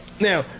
now